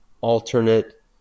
alternate